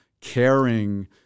caring